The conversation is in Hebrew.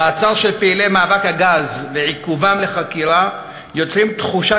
המעצר של פעילי מאבק הגז ועיכובם לחקירה יוצרים תחושה